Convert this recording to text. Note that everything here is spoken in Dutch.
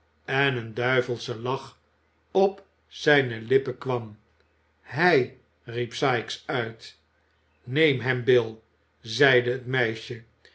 en een duivelsche lach op zijne lippen kwam hij riep sikes uit neem hem bill zeide het meisje